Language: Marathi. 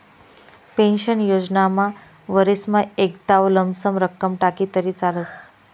पेन्शन योजनामा वरीसमा एकदाव लमसम रक्कम टाकी तरी चालस